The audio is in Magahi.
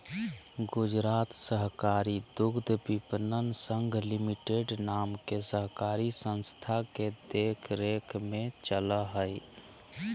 गुजरात सहकारी दुग्धविपणन संघ लिमिटेड नाम के सहकारी संस्था के देख रेख में चला हइ